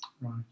Right